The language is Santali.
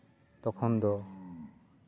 ᱛᱚᱠᱷᱚᱱ ᱫᱚ